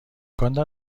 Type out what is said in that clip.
امکان